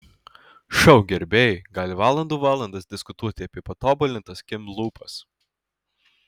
šou gerbėjai gali valandų valandas diskutuoti apie patobulintas kim lūpas